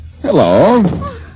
Hello